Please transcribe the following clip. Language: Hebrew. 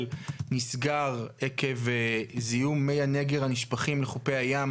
נסגר עקב זיהום מי הנגר הנשפכים לחופי הים,